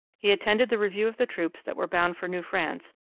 he attended the review of the troops that were bound for new france,